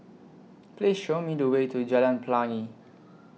Please Show Me The Way to Jalan Pelangi